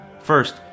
First